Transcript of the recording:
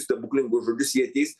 stebuklingus žodžius jie ateis